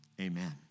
Amen